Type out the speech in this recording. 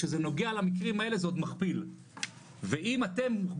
כשזה נוגע למקרים האלה זה עוד מכפיל ואם אתם,